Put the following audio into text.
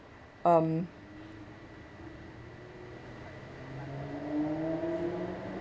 um